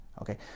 okay